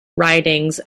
ridings